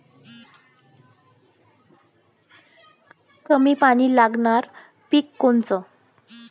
कमी पानी लागनारं पिक कोनचं?